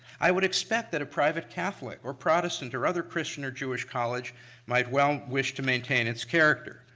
i would expect that a private catholic or protestant or other christian or jewish college might well wish to maintain its character.